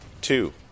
two